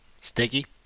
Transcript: Sticky